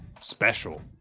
special